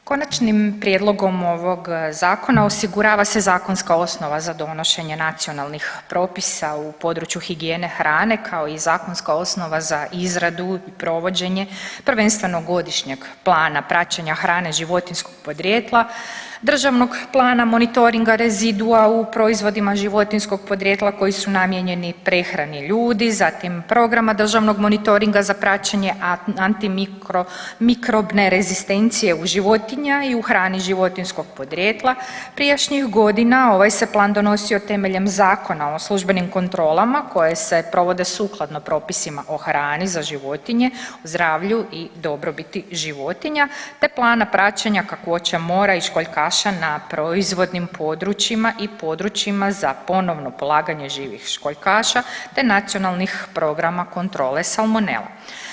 Poštovani, konačnim prijedlogom ovog zakona osigurava se zakonska osnova za donošenje nacionalnih propisa u području higijene hrane, kao i zakonska osnova za izradu i provođenje prvenstveno Godišnjeg plana praćenja hrane životinjskog podrijetla, Državnog plana monitoringa rezidua u proizvodima životinjskog podrijetla koji su namijenjeni prehrani ljudi, zatim Programa državnog monitoringa za praćenje antimikrobne rezistencije u životinja i u hrani životinjskog podrijetla, prijašnjih godina ovaj se plan donosio temeljem Zakona o službenim kontrolama koje se provode sukladno propisima o hrani za životinje, o zdravlju i dobrobiti životinja, te plana praćenja kakvoće mora i školjkaša na proizvodnim područjima i područjima za ponovno polaganje živih školjkaša, te nacionalnih programa kontrole salmonele.